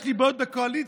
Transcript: יש לי בעיות בקואליציה,